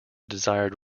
desired